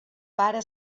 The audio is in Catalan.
pare